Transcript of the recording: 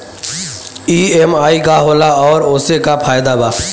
EMI का होला और ओसे का फायदा बा?